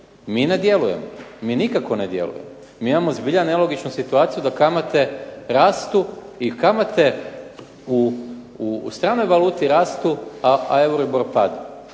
Mi ne djelujemo, mi nikako ne djelujemo. Mi imamo zbilja nelogičnu situaciju da kamate rastu i kamate u stranoj valuti rastu, a …/Ne razumije